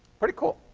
pretty cool.